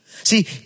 See